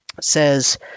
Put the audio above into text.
says